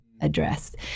addressed